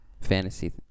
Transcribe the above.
fantasy